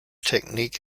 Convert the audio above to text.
technique